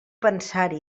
pensar